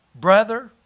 Brother